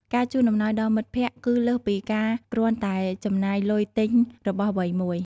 ការជូនអំណោយដល់មិត្តភក្តិ គឺលើសពីការគ្រាន់តែចំណាយលុយទិញរបស់អ្វីមួយ។